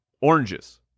oranges